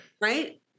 right